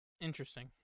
Interesting